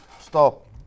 Stop